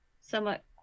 somewhat